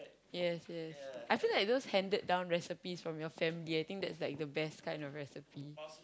yes yes I feel like those handed down recipes from your family I think that's like the best kind of recipe